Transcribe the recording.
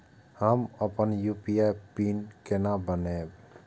हम अपन UPI PIN केना बनैब?